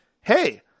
hey